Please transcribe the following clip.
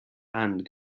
and